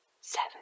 Seven